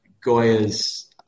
Goya's